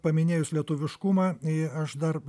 paminėjus lietuviškumą aš dar